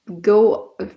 go